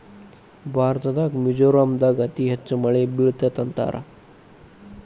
ಭಾರತದಾಗ ಮಿಜೋರಾಂ ದಾಗ ಅತಿ ಹೆಚ್ಚ ಮಳಿ ಬೇಳತತಿ ಅಂತಾರ